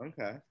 Okay